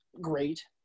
great